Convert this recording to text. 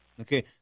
Okay